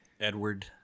Edward